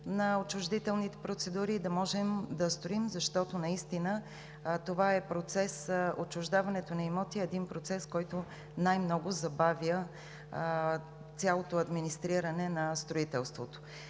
на отчуждителните процедури и да можем да строим, защото отчуждаването на имоти е процес, който най-много забавя цялото администриране на строителството.